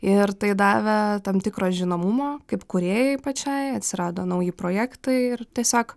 ir tai davė tam tikro žinomumo kaip kūrėjai pačiai atsirado nauji projektai ir tiesiog